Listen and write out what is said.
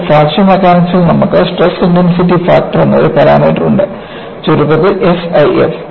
എന്നിട്ട് ഫ്രാക്ചർ മെക്കാനിക്സിൽ നമുക്ക് സ്ട്രെസ് ഇന്റൻസിറ്റി ഫാക്ടർ എന്ന ഒരു പാരാമീറ്റർ ഉണ്ട് ചുരുക്കത്തിൽ SIF